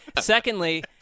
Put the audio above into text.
Secondly